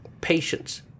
Patience